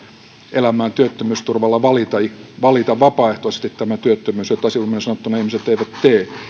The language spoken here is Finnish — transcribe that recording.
elämään työttömyysturvalla valita vapaaehtoisesti työttömyys mitä sivumennen sanottuna ihmiset eivät tee